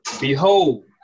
Behold